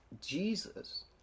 Jesus